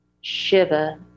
Shiva